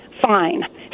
Fine